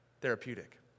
Therapeutic